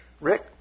Rick